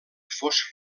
fos